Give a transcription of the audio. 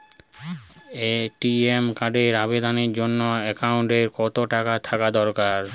ATM কার্ডের আবেদনের জন্য অ্যাকাউন্টে কতো টাকা থাকা দরকার?